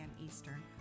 Eastern